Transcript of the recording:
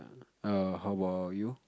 err how about you